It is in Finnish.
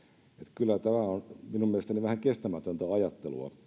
kyllä tämä tällainen on minun mielestäni vähän kestämätöntä ajattelua